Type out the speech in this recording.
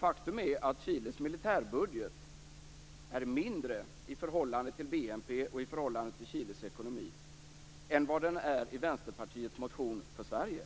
Faktum är att Chiles militärbudget är mindre i förhållande till BNP och i förhållande till Chiles ekonomi än vad den är i Vänsterpartiets motion för Sverige.